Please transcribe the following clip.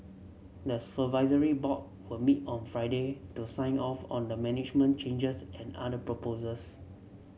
the supervisory board were meet on Friday to sign off on the management changes and other proposals